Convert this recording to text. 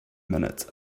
minutes